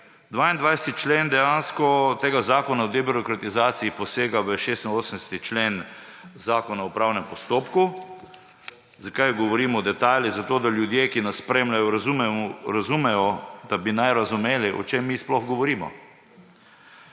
22. člen zakona o debirokratizaciji posega v 86. člen Zakona o splošnem upravnem postopku. Zakaj govorim o detajlih? Zato da ljudje, ki nas spremljajo, razumejo, da bi razumeli, o čem mi sploh govorimo.